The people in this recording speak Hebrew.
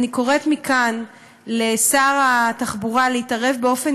אני קוראת מכאן לשר התחבורה להתערב באופן